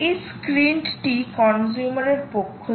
এই স্ক্রীনটি কনজিউমার এর পক্ষ থেকে